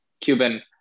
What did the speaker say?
Cuban